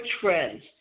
trends